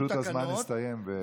הזמן הסתיים.